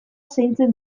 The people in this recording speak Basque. zaintzen